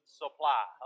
supply